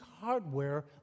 hardware